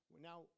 now